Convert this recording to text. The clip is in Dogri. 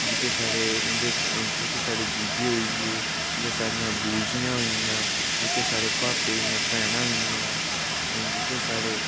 जेह्के साढ़े उं'दे जेह्के साढ़े जीजै होइये जां साढ़िया बूजियां होइयां जेह्के साढ़े भापै दियां भैनां होइयां जेह्कियां साढ़े